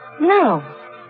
No